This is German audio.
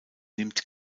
nimmt